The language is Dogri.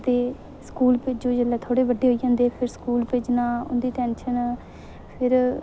ते स्कूल भेजो जेल्लै थोह्ड़े बड्डे होई जंदे फिर स्कूल भेजना उं'दी टेंशन फिर